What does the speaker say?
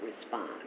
respond